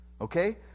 okay